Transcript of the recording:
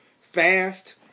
fast